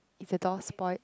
is the door spoilt